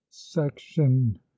section